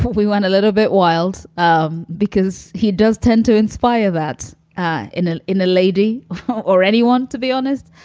we went a little bit wild um because he does tend to inspire that in an inner lady or anyone, to be honest.